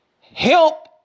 help